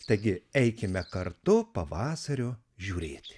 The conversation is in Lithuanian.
taigi eikime kartu pavasario žiūrėti